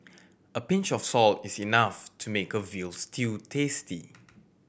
a pinch of salt is enough to make a veal stew tasty